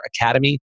Academy